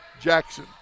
Jackson